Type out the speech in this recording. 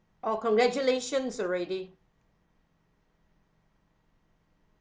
oh congratulations already